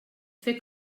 fer